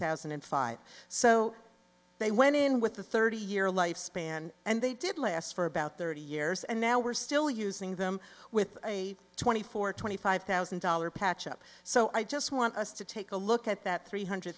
thousand and five so they went in with the thirty year lifespan and they did last for about thirty years and now we're still using them with a twenty four twenty five thousand dollars patch up so i just want us to take a look at that three hundred